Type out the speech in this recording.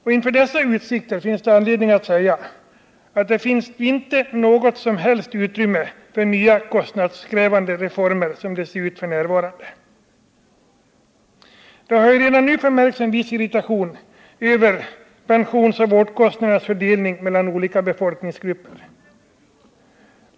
— Och inför dessa utsikter finns det anledning att säga, att det inte finns något som helst utrymme för nya kostnadskrävande reformer, som det ser ut f.n. Det har ju redan nu förmärkts en viss ”irritation” över pensionsoch vårdkostnadernas fördelning mellan olika befolkningsgrupper.